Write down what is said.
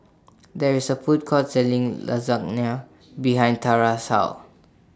There IS A Food Court Selling Lasagne behind Tarah's House